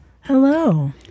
hello